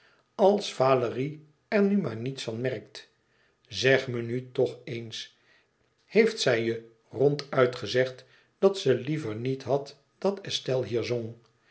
als valérie er nu maar niets van merkt zeg me nu toch eens heeft zij je ronduit gezegd dat ze liever niet had dat estelle